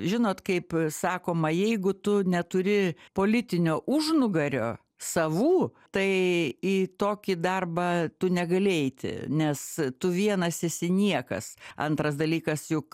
žinot kaip sakoma jeigu tu neturi politinio užnugario savų tai į tokį darbą tu negali eiti nes tu vienas esi niekas antras dalykas juk